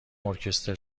ارکستر